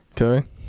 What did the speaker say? Okay